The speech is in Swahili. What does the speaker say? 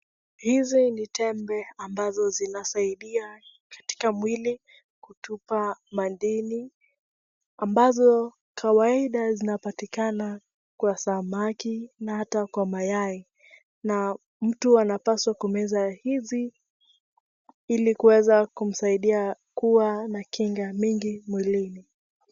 Hizi ni tembe ambazo zinasaidia katika mwili kutupa madini ambazo kawaida zinapatikakana kwa samaki na hata kwa mayai na mtu anapaswa kumeza hizi ili kuweza kumsaidia kuwa na kinga mingi mwilini.